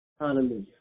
hallelujah